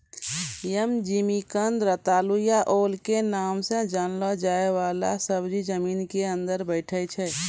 यम, जिमिकंद, रतालू या ओल के नाम सॅ जाने जाय वाला सब्जी जमीन के अंदर बैठै छै